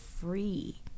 free